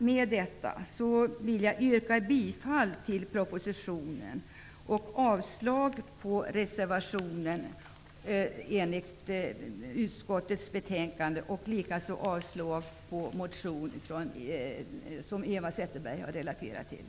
Med detta vill jag yrka bifall till förslagen i propositionen, dvs. bifall till utskottets hemställan, och avslag på reservtionen vid utskottets betänkande. Jag yrkar likaså avslag på den motion som Eva Zetterberg hänvisade till.